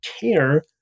care